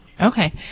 Okay